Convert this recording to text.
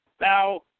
Now